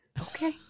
Okay